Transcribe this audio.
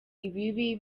ibibi